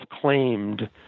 claimed